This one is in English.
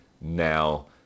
now